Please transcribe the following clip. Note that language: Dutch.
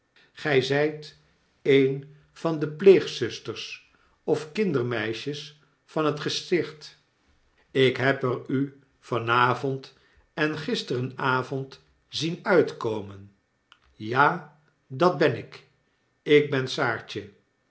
gij zijt een van de pleegzusters ofkindermeisjes van het gesticht ik neb er u van avond en gisterenavond zien uitkomen ja dat ben ik ik ben saartje